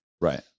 Right